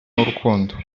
n’urukundo